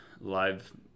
live